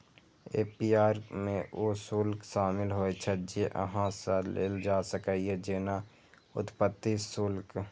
APR मे ऊ शुल्क शामिल होइ छै, जे अहां सं लेल जा सकैए, जेना उत्पत्ति शुल्क